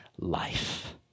life